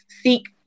seek